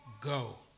go